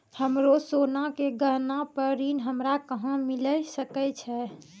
हमरो सोना के गहना पे ऋण हमरा कहां मिली सकै छै?